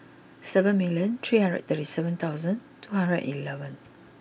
seven million three hundred thirty seven thousand two hundred eleven